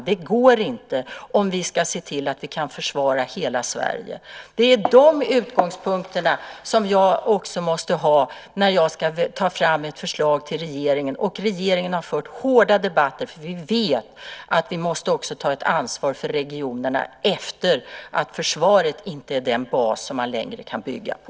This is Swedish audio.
Det går inte om vi ska se till att hela Sverige kan försvaras. Det är dessa utgångspunkter som jag måste ha när jag ska ta fram ett förslag för regeringens räkning. Regeringen har fört hårda debatter, för vi vet att vi måste också ta ett ansvar för regionerna när försvaret inte längre är den bas som man kan bygga på.